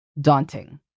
daunting